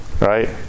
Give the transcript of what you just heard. right